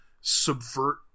subvert